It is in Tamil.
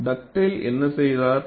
டக்டேல் என்ன செய்தார்